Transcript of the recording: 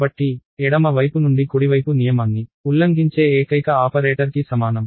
కాబట్టి ఎడమ వైపునుండి కుడివైపు నియమాన్ని ఉల్లంఘించే ఏకైక ఆపరేటర్కి సమానం